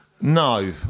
No